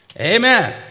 Amen